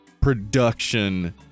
production